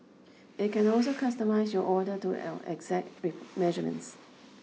it can also customise your order to L exact measurements